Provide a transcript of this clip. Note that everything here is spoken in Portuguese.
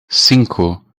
cinco